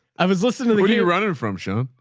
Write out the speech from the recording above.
i was listening to the the running from shawn.